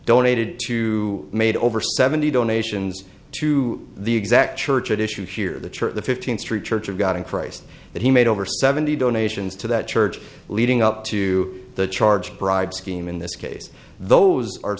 donated to made over seventy donations to the exact church at issue here the church the fifteenth street church of god in christ that he made over seventy donations to that church leading up to the charge bribe scheme in this case those are